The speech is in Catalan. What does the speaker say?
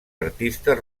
artistes